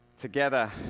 together